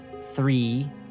Three